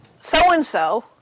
so-and-so